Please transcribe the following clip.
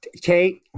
Kate